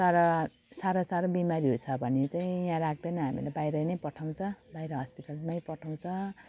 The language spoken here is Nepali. तर साह्रो साह्रो बिमारीहरू छ भने चाहिँ यहाँ राख्दैन हामीलाई बाहिरै नै पठाउँछ बाहिर हस्पिटलमै पठाउँछ